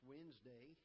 Wednesday